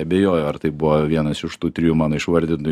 abejoju ar tai buvo vienas iš tų trijų mano išvardintų